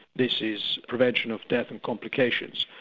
this is prevention of death and complications,